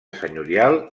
senyorial